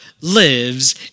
lives